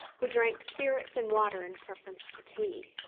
who drank spirits and water in preference to tea.